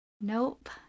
Nope